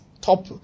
Top